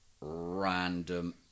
random